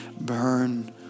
burn